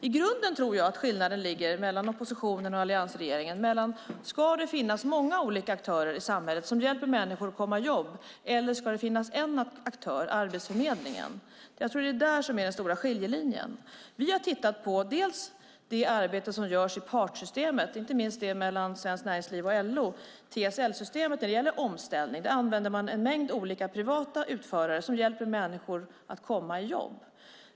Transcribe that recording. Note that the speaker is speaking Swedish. I grunden tror jag att skillnaden mellan oppositionen och alliansregeringen ligger i om det ska finnas många olika aktörer i samhället som hjälper människor att komma i jobb eller om det ska finnas en aktör, Arbetsförmedlingen. Jag tror att det är där den stora skiljelinjen finns. Vi har tittat på det arbete som görs i partssystemet, inte minst det mellan Svenskt Näringsliv och LO - TSL-systemet för omställning. Där använder man sig av en mängd olika privata utförare som hjälper människor att komma i jobb.